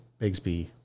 Bigsby